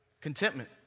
contentment